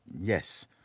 Yes